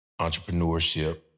entrepreneurship